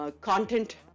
content